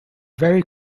very